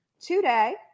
today